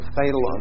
fatal